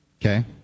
Okay